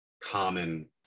common